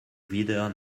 wieder